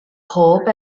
pob